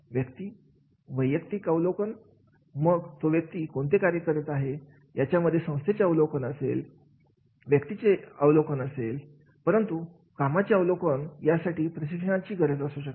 व्यक्ती व्यक्तीचे वैयक्तीक अवलोकन मग तो व्यक्ती कोणते कार्य करत आहे यामध्ये संस्थेचे अवलोकन असेल व्यक्तीचे अवलंबून असेल परंतु कामाचे अवलोकन यासाठी प्रशिक्षणाची गरज असू शकते